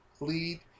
lead